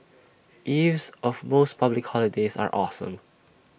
eves of most public holidays are awesome